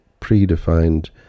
predefined